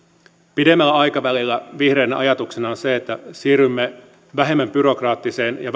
pidemmällä aikavälillä vihreiden ajatuksena on se että siirrymme vähemmän byrokraattiseen ja